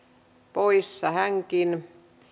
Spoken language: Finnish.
poissa hänkin